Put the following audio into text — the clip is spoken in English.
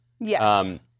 Yes